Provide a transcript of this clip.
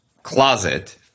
Closet